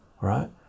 right